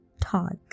talk